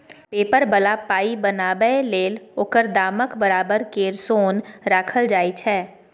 paper बला पाइ बनाबै लेल ओकर दामक बराबर केर सोन राखल जाइ छै